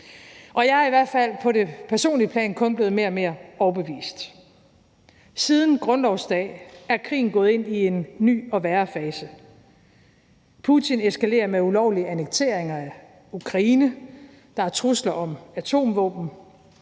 Jeg er i hvert fald på det personlige plan kun blevet mere og mere overbevist. Siden grundlovsdag er krigen gået ind i en ny og værre fase. Putin eskalerer med ulovlige annekteringer af Ukraine, der er trusler om atomvåben,